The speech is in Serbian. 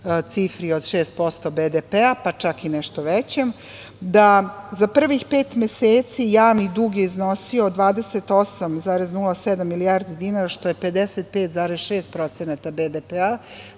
cifri od 6% BDP-a, pa čak i nešto većem, da je za prvih pet meseci javni dug iznosio 28,07 milijardi dinara, što je 55,6% BDP-a,